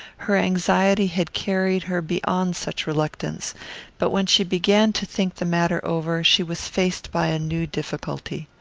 her anxiety had carried her beyond such reluctance but when she began to think the matter over she was faced by a new difficulty.